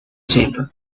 chamber